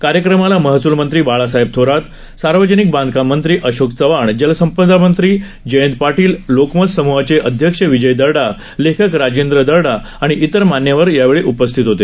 कार्यक्रमाला महसूल मंत्री बाळासाहेब थोरात सार्वजनिक बांधकाम मंत्री अशोक चव्हाण जलसंपदा मंत्री जयंत पाटील लोकमत समूहाचे अध्यक्ष विजय दर्डा लेखक राजेंद्र दर्डा व इतर मान्यवर यावेळी उपस्थित होते